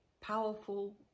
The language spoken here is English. powerful